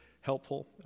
helpful